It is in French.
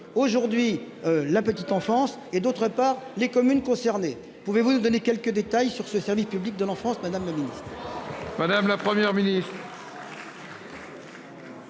aujourd'hui la petite enfance et d'autre part, les communes concernées. Pouvez-vous nous donner quelques détails sur ce service public de l'enfance. Nous. Madame, la Première